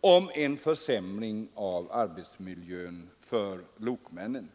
om en försämring av arbetsmiljön för lokmännen.